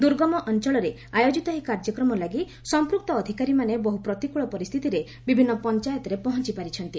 ଦୁର୍ଗମ ଅଞ୍ଚଳରେ ଆୟୋଜିତ ଏହି କାର୍ଯ୍ୟକ୍ରମ ଲାଗି ସମ୍ପ୍ରକ୍ତ ଅଧିକାରୀମାନେ ବହୁ ପ୍ରତିକୂଳ ପରିସ୍ଥିତିରେ ବିଭିନ୍ନ ପଞ୍ଚାୟତରେ ପହଞ୍ଚପାରିଛନ୍ତି